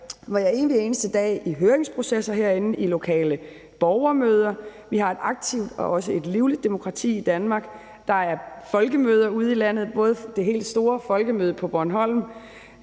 hver evig eneste dag i høringsprocesser herinde, i lokale borgermøder, vi har et aktivt og også et livligt demokrati i Danmark, der er folkemøder ude i landet, både det helt store folkemøde på Bornholm